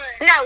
No